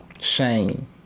shame